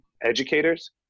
educators